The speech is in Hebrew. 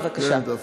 בבקשה.